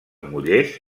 mullers